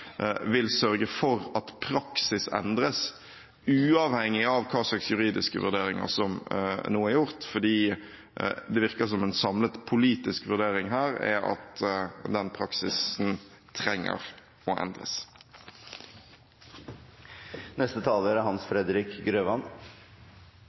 vil sørge for at praksis endres uavhengig av hva slags juridiske vurderinger som nå er gjort, fordi det virker som en samlet politisk vurdering her er at den praksisen trenger å endres.